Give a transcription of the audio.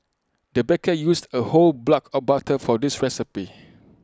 the baker used A whole block of butter for this recipe